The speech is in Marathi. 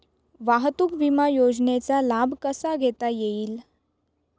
वाहतूक विमा योजनेचा लाभ कसा घेता येईल?